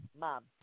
mom